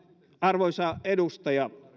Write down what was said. arvoisa puhemies